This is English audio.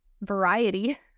variety